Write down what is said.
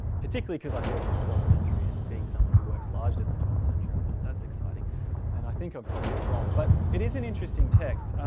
particularly cuz i thought it was twelfth century and being someone who works largely on the twelfth century, i thought that's exciting and i think i'm probably wrong but it is an interesting text.